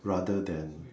rather than